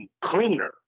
cleaner